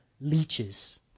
leeches